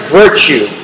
virtue